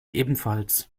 ebenfalls